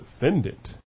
defendant